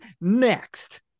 next